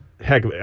heck